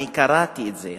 אני קראתי את זה.